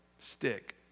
stick